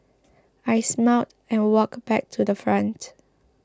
I smiled and walked back to the front